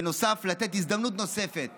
בנוסף, לתת הזדמנות נוספת